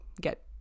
get